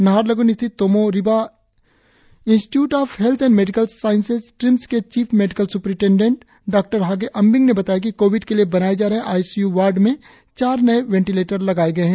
नाहरलग्न स्थित Tomo Riba institute of health and medical sciences TRIMS के chief medical superintendent डॉहागे Ambing ने बताया कि कोविड के लिए बनाएं गए आई सी यू वाई में चार नए वेंटिलेटर लगाएं गए है